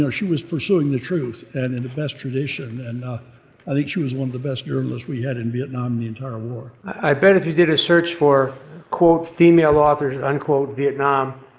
she was pursuing the truth and in the best tradition, and ah i think she was one of the best journalists we had in vietnam in the entire war. i bet if you did a search for quote female authors and unquote, vietnam,